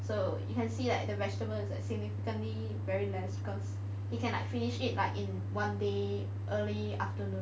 so you can see that the vegetable is significantly very less because he can like finish it like in one day early afternoon